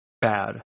bad